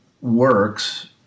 works